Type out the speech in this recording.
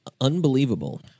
Unbelievable